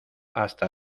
hasta